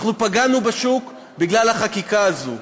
אנחנו פגענו בשוק בגלל החקיקה הזו,